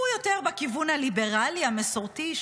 שהוא יותר בכיוון הליברלי המסורתי,